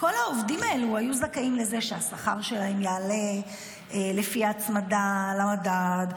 כל העובדים האלה היו זכאים לזה שהשכר שלהם יעלה לפי ההצמדה למדד,